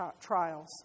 trials